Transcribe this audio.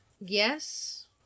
yes